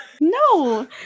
no